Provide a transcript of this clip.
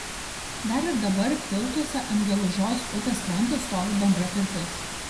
dar ir dabar tiltuose ant gelužos upės kranto stovi bendra pirtis